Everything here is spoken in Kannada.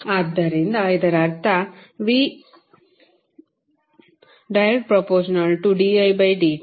ಆದ್ದರಿಂದ ಇದರ ಅರ್ಥ v ∞didt